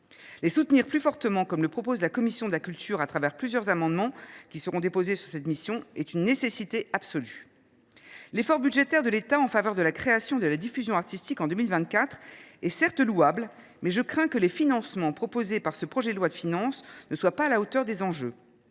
Les soutenir plus fortement, comme le propose la commission de la culture au travers de plusieurs amendements sur cette mission, est une nécessité absolue. L’effort budgétaire de l’État en faveur de la création et de la diffusion artistiques en 2024 est certes louable, mais je crains que les financements proposés dans ce projet de loi de finances ne soient pas à la hauteur des enjeux.